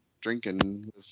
drinking